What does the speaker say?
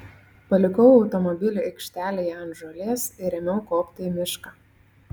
palikau automobilį aikštelėje ant žolės ir ėmiau kopti į mišką